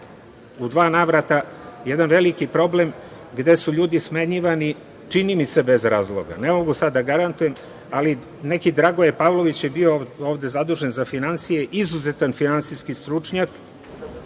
u dva navrata jedan veliki problem gde su ljudi smenjivani, čini mi se, bez razloga. Ne mogu sada da garantujem, ali neki Dragoje Pavlović je bio ovde zadužen za finansije, izuzetan finansijski stručnjak,